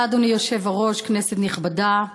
אדוני היושב-ראש, תודה, כנסת נכבדה,